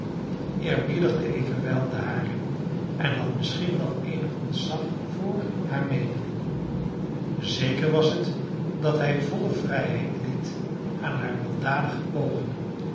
eerbiedigde evenwel de hare en had misschien wel eenig ontzag voor hare meeningen zeker was het dat hij volle vrijheid liet aan hare weldadige pogingen